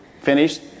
finished